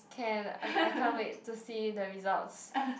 can I I can't wait to see the results